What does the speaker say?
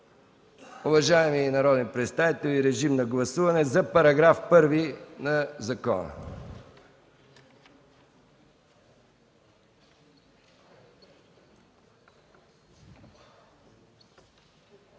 Уважаеми народни представители, режим на гласуване за § 1 на закона.